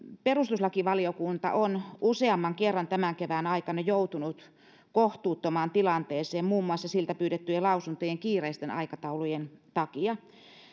perustuslakivaliokunta on useamman kerran tämän kevään aikana joutunut kohtuuttomaan tilanteeseen muun muassa siltä pyydettyjen lausuntojen kiireisten aikataulujen takia